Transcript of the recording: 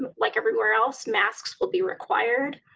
ah like everywhere else, masks will be required.